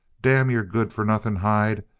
damn your good-for-nothing hide,